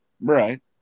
Right